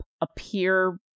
appear